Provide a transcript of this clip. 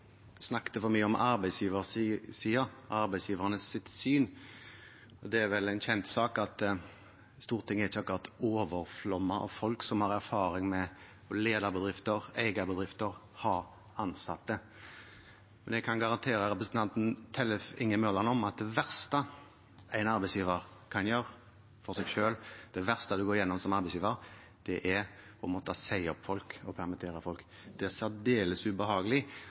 snakket for mye om arbeidsgiversiden og arbeidsgivernes syn. Det er vel en kjent sak at Stortinget ikke akkurat har overflod av folk som har erfaring med å lede bedrifter, eie bedrifter og ha ansatte. Men jeg kan garantere representanten Tellef Inge Mørland at det verste en arbeidsgiver kan gjøre mot seg selv, det verste man som arbeidsgiver går gjennom, er å måtte si opp folk og permittere folk. Det er særdeles ubehagelig